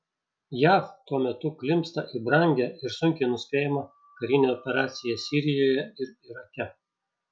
jav tuo metu klimpsta į brangią ir sunkiai nuspėjamą karinę operaciją sirijoje ir irake